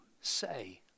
say